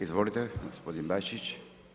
Izvolite gospodin Bačić.